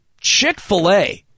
Chick-fil-A